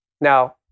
Now